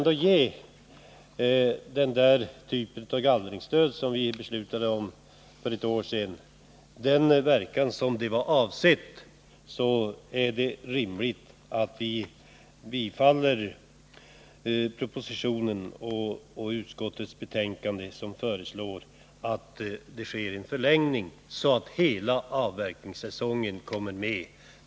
Den typ av gallringsstöd vi beslutade om för ett år sedan verkade som avsikten var. Det är rimligt att vi nu bifaller propositionen och utskottsbetänkandet som föreslår att giltighetstiden för gallringsstödet förlängs så att hela avverkningssäsongen kommer med.